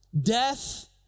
Death